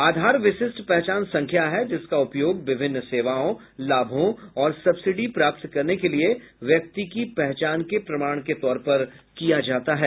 आधार विशिष्ट पहचान संख्या है जिसका उपयोग विभिन्न सेवाओं लाभों और सब्सिडी प्राप्त करने के लिए व्यक्ति की पहचान के प्रमाण के तौर पर किया जाता है